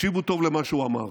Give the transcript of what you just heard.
תקשיבו טוב למה שהוא אמר: